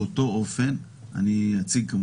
באותו אופן אני אציג את זה,